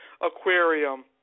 aquarium